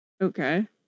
Okay